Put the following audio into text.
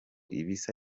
ibisa